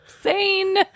sane